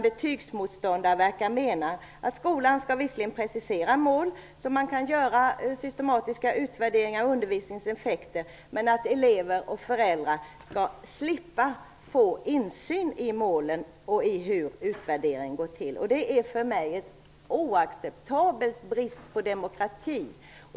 Betygsmotståndarna verkar däremot mena att skolan skall visserligen precisera mål så att man kan göra systematiska utvärderingar av undervisningens effekter, men att elever och föräldrar skall slippa få insyn i målen och i hur utvärderingen går till. Det är för mig en oacceptabel brist på demokrati.